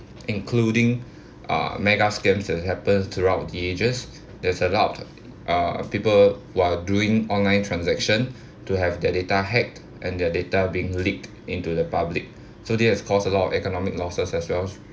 including uh mega scams that happens throughout the ages there's a lot of uh people while doing online transaction to have their data hacked and their data being leaked into the public so this has caused a lot of economic losses as well